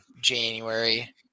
January